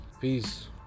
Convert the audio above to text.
Peace